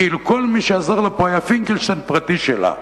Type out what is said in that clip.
כאילו כל מי שעזר לה כאן היה פינקלשטיין פרטי שלה.